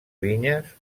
vinyes